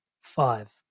five